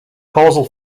causal